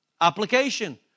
Application